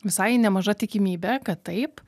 visai nemaža tikimybė kad taip